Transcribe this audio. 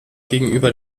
gegenüber